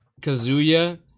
Kazuya